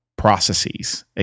Processes